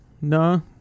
No